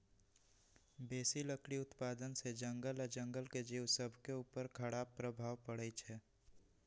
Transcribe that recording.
बेशी लकड़ी उत्पादन से जङगल आऽ जङ्गल के जिउ सभके उपर खड़ाप प्रभाव पड़इ छै